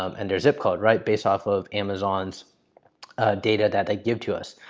um and their zip code, right? based off of amazon's data that they give to us.